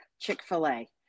Chick-fil-A